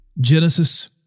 Genesis